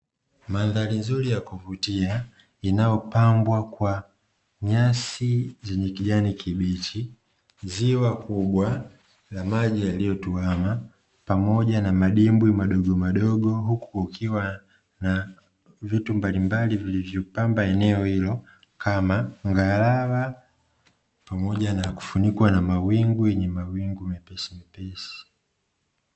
Mandhari nzuri ya kuvutia inayopambwa kwa nyasi zenye kijani kibichi, ziwa kubwa la maji yaliyotuama pamoja na madimbwi madogomadogo, huku kukiwa na vitu mbalimbali vilivyopamba eneo hilo kama ngarawa pamoja na kufunikwa na mawingu yenye mawingu mepesi mepesi.